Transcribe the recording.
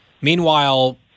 Meanwhile